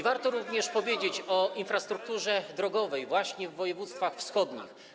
Warto również powiedzieć o infrastrukturze drogowej właśnie w województwach wschodnich.